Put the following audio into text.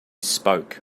spoke